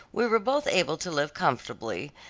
we were both able to live comfortably,